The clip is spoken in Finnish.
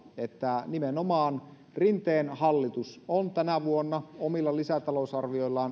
että nimenomaan rinteen hallitus on tänä vuonna omilla lisätalousarvioillaan